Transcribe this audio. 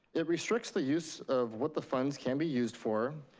it restricts the use of what the funds can be used for,